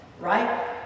right